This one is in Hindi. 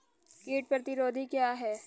कीट प्रतिरोधी क्या है?